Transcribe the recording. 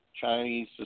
Chinese